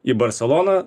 į barseloną